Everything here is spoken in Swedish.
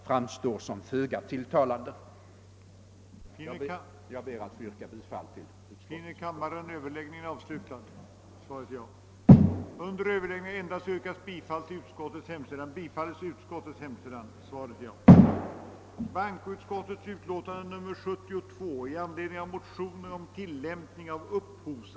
framstår som föga tilltalande.» Jag ber att få yrka bifall till utskottets hemställan.